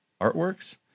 Artworks